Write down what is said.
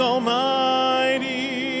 Almighty